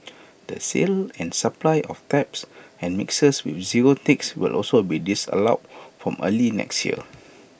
the sale and supply of taps and mixers with zero ticks will also be disallowed from early next year